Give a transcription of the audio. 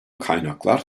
kaynaklar